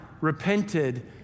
repented